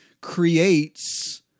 creates